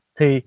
Thì